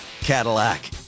Cadillac